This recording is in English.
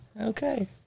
Okay